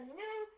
new